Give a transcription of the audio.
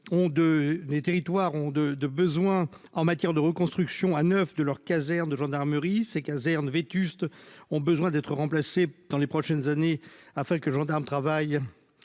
les territoires ont de de besoins en matière de reconstruction à 9 de leur caserne de gendarmerie ses casernes vétustes ont besoin d'être remplacés dans les prochaines années afin que gendarmes travaillent